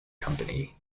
company